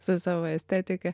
su savo estetika